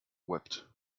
wept